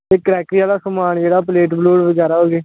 ते क्राकरी आह्ला समान जेह्ड़ा प्लेट प्लुट बगैरा होई गे